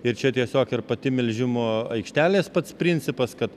ir čia tiesiog ir pati melžimo aikštelės pats principas kad